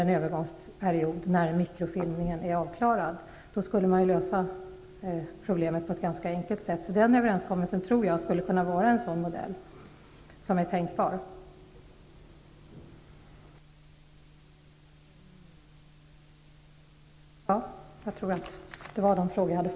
Det skulle vara ett ganska enkelt sätt att lösa problemet. Jag tror att en sådan överenskommelse skulle vara en tänkbar modell.